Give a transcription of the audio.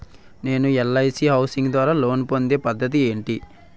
నేను LIC housing ద్వారా loan పొందే పద్ధతి ఏంటి?